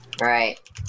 right